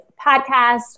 podcast